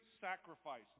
sacrifice